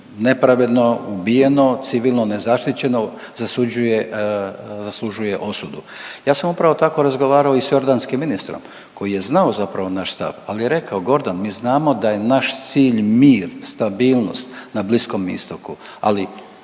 nepravedno ubijeno civilno nezaštićeno zasuđuje, zaslužuje osudu. Ja sam upravo tako razgovarao i s jordanskim ministrom koji je znao zapravo naš stav ali je rekao Gordan mi znamo da je naš cilj mir, stabilnost na Bliskom istoku ali